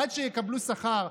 עד שיקבלו שכר,